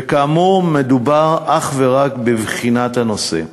וכאמור, מדובר אך ורק בבחינת הנושא.